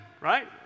right